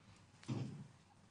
המשפטים.